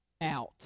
out